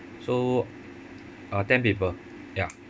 so uh ten people ya